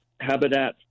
Habitat